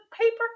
paper